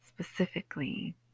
specifically